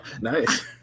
nice